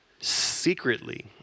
secretly